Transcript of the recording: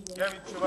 אני חש התרגשות